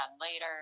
later